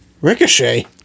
Ricochet